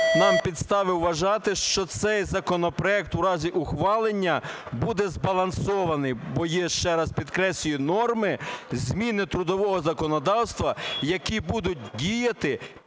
нам підстави вважати, що цей законопроект у разі ухвалення буде збалансований, бо є, ще раз підкреслюю, норми, зміни трудового законодавства, які будуть діяти